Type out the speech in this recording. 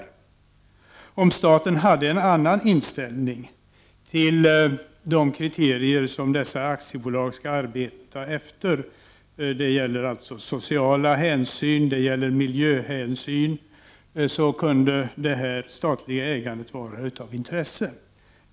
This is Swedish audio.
Om staten hade en annan inställning till de kriterier som dessa aktiebolag skall arbeta efter — det gäller sociala hänsyn och miljöhänsyn — kunde det här statliga ägandet vara av intresse.